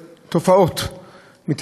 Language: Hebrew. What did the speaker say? כעל תופעות שצריך באמת להתמודד אתן.